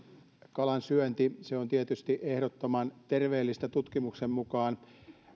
kalansyönti on tietysti ehdottoman terveellistä tutkimuksen mukaan